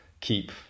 keep